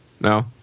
no